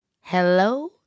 Hello